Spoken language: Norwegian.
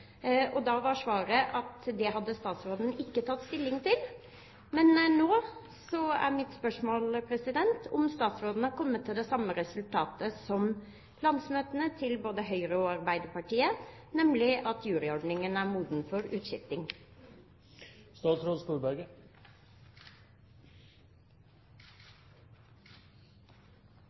Da var svaret at det hadde statsråden ikke tatt stilling til. Men nå er mitt spørsmål om statsråden har kommet til det samme resultatet som landsmøtene til både Høyre og Arbeiderpartiet, nemlig at juryordningen er moden for